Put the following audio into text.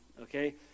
okay